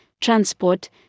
transport